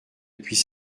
depuis